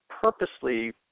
purposely